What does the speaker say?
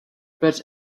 but